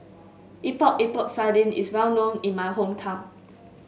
Epok Epok Sardin is well known in my hometown